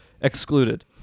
excluded